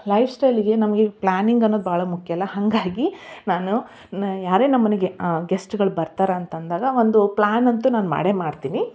life ಸ್ಟೈಲಿಗೆ ನಮಗೆ planning ಅನ್ನೋದು ಬಹಳ ಮುಖ್ಯ ಅಲ್ಲ ಹಾಗಾಗಿ ನಾನು ನ ಯಾರೇ ನಮ್ಮ ಮನೆಗೆ ಗೆಸ್ಟ್ಗಳು ಬರ್ತಾರೆ ಅಂತ ಅಂದಾಗ ಒಂದು ಪ್ಲಾನ್ ಅಂತೂ ನಾನು ಮಾಡೇ ಮಾಡ್ತೀನಿ